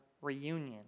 reunion